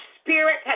spirit